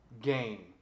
game